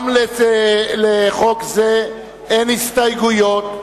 גם לחוק זה אין הסתייגויות,